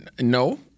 No